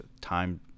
time